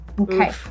okay